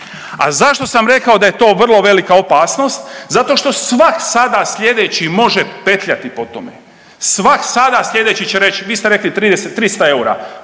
A zašto sam rekao da je to vrlo velika opasnost? Zato što svak sada slijedeći može petljati po tome. Svak sada slijedeći će reć vi ste rekli 30, 300 eura,